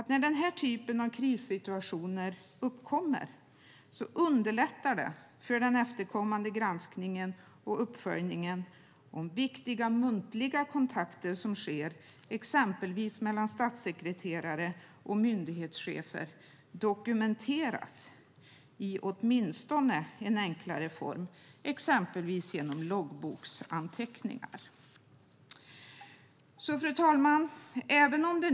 När den här typen av krissituationer uppkommer underlättar det för den efterkommande granskningen och uppföljningen om viktiga muntliga kontakter som sker, exempelvis mellan statssekreterare och myndighetschefer, dokumenteras i åtminstone någon enklare form, exempelvis genom loggboksanteckningar. Fru talman!